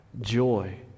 joy